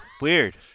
Weird